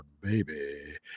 baby